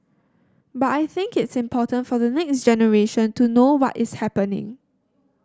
but I think it's important for the next generation to know what is happening